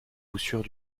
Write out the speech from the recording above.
voussures